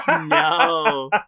No